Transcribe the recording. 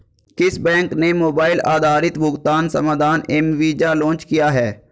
किस बैंक ने मोबाइल आधारित भुगतान समाधान एम वीज़ा लॉन्च किया है?